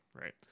right